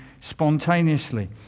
spontaneously